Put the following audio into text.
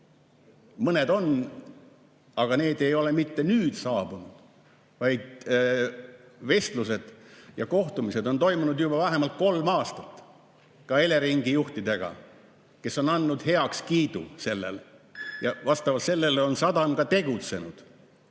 Mõned on, aga need ei ole mitte nüüd saabunud, vaid vestlused ja kohtumised on toimunud juba vähemalt kolm aastat, ka Eleringi juhtidega, kes on andnud heakskiidu sellele. Vastavalt sellele on sadam ka tegutsenud,